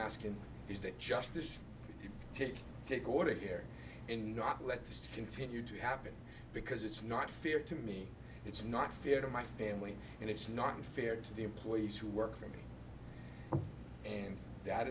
asking is that justice to take over here in not let this continue to happen because it's not fair to me it's not fair to my family and it's not unfair to the employees who work for me and that